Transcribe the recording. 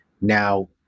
now